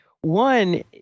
one